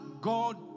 God